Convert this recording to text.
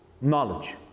knowledge